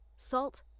salt